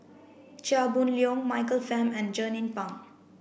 Chia Boon Leong Michael Fam and Jernnine Pang